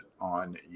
on